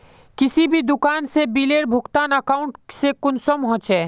किसी भी दुकान में बिलेर भुगतान अकाउंट से कुंसम होचे?